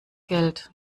geld